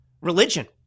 religion